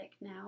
now